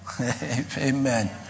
Amen